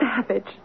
savage